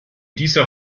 dieser